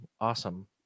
awesome